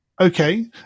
Okay